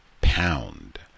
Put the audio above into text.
pound